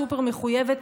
סופר-מחויבת,